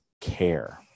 care